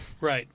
Right